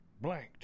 blanked